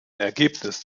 ergebnis